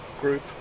group